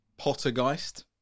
Pottergeist